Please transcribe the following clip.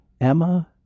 Emma